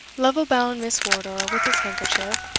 lovel bound miss wardour with his handkerchief,